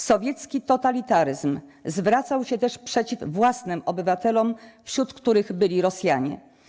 Sowiecki totalitaryzm zwracał się też przeciw własnym obywatelom, wśród których byli Rosjanie.